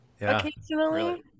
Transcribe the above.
occasionally